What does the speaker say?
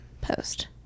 post